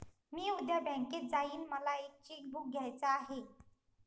मी उद्या बँकेत जाईन मला एक चेक बुक घ्यायच आहे